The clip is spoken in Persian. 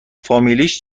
فامیلش